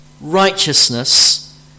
righteousness